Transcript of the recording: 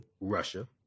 russia